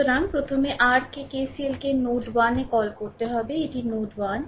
সুতরাং প্রথমে r কে KCL কে নোড 1 এ কল করতে হবে এটি নোড 1